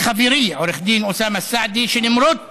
לחברי עו"ד אוסאמה סעדי, שלמרות